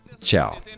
Ciao